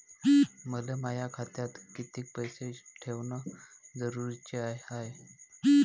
मले माया खात्यात कितीक पैसे ठेवण जरुरीच हाय?